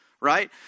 right